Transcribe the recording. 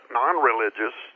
non-religious